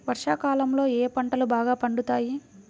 వర్షాకాలంలో ఏ పంటలు బాగా పండుతాయి?